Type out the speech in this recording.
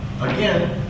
again